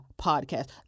podcast